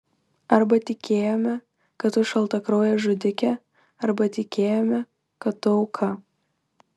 arba tikėjome kad tu šaltakraujė žudikė arba tikėjome kad tu auka